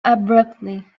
abruptly